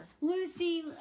Lucy